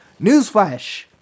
Newsflash